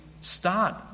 start